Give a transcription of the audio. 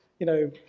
you know,